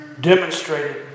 demonstrated